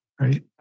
right